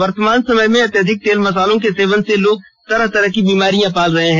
वर्तमान समय में अत्यधिक तेल मसालों के सेवन से लोग तरह तरह की बीमारियां पाल लेते हैं